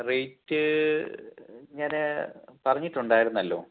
rate ഞാൻ പറഞ്ഞിട്ടുണ്ടായിരുന്നല്ലോ